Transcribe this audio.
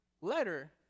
letter